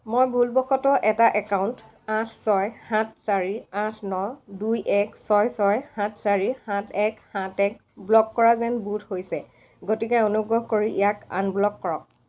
মই ভুলবশতঃ এটা একাউণ্ট আঠ ছয় সাত চাৰি আঠ ন দুই এক ছয় ছয় সাত চাৰি সাত এক সাত এক ব্ল'ক কৰা যেন বোধ হৈছে গতিকে অনুগ্ৰহ কৰি ইয়াক আনব্ল'ক কৰক